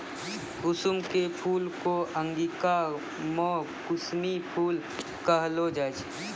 कुसुम के फूल कॅ अंगिका मॅ कुसमी फूल कहलो जाय छै